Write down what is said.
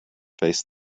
faced